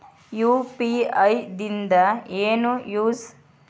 UPI ದಿಂದ ಏನು use?